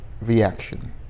reaction